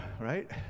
right